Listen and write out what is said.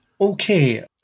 okay